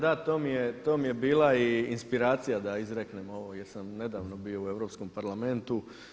Da, to mi je bila i inspiracija da izreknem ovo jer sam nedavno bio u Europskom parlamentu.